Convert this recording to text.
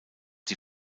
die